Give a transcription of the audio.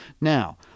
Now